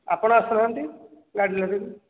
ଆପଣ ଆସୁନାହାଁନ୍ତି